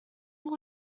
will